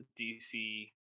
dc